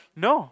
no